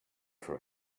for